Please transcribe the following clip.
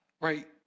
right